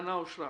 אין נמנעים,